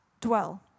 dwell